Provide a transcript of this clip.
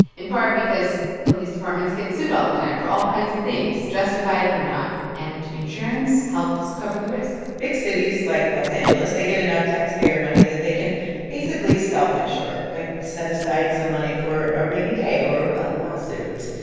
in part because police departments get sued all the time for all kinds of things, justified or not. and insurance helps cover the risk big cities like los angeles they get enough taxpayer taxpayer money that they can basically self-insure like, set aside some money for a rainy day or a lawsuit.